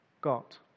got